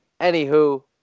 Anywho